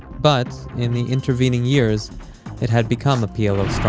but in the intervening years it had become a plo